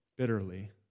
Bitterly